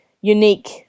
unique